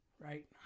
right